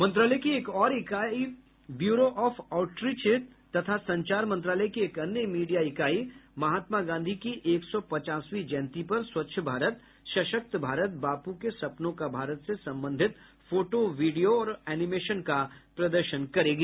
मंत्रालय की एक और इकाई ब्यूरो ऑफ आउटरीच तथा संचार मंत्रालय की एक अन्य मीडिया इकाई महात्मा गांधी की एक सौ पचासवीं जयंती पर स्वच्छ भारत सशक्त भारत बापू के सपनों का भारत से संबंधित फोटो वीडियो और एनीमेशन का प्रदर्शन करेंगी